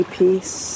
peace